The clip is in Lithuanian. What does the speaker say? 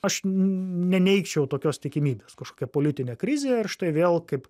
aš neneigčiau tokios tikimybės kažkokia politinė krizė ir štai vėl kaip